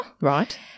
Right